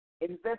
invest